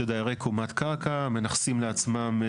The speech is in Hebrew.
שבעלי קומת קרקע מנכסים לעצמם.